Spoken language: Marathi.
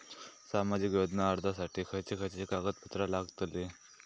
सामाजिक योजना अर्जासाठी खयचे खयचे कागदपत्रा लागतली?